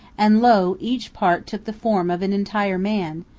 and lo! each part took the form of an entire man,